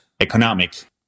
economic